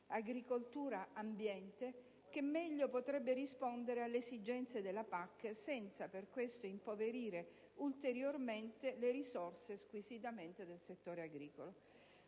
agricoltura-ambiente, che meglio potrebbe rispondere alle esigenze della PAC, senza per questo impoverire ulteriormente le risorse squisitamente del settore agricolo.